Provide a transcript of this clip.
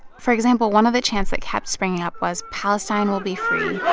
for example, one of the chants that kept springing up was palestine will be free.